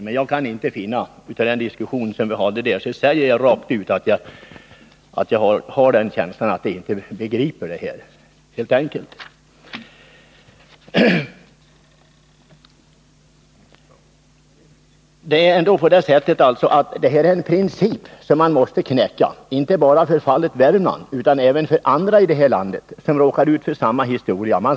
Med utgångspunkt i den diskussion vi hade där säger jag rakt ut att jag har en känsla av att man där helt enkelt inte begriper problematiken i skogen i samband med dessa frågor. Detta är en dock en principfråga som man måste knäcka inte bara när det gäller Värmland utan även för andra delar av vårt land, där man råkar ut för samma problem.